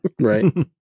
Right